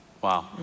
Wow